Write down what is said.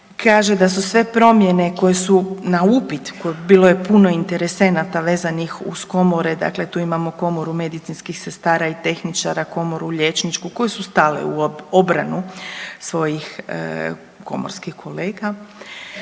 kaže da su sve promjene koje su na upit, bilo je puno interesenata vezanih uz komore, dakle tu imamo komoru medicinskih sestara i tehničara, komoru liječničku koji su stali u obranu svojih komorskih kolega,